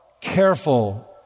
careful